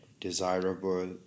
desirable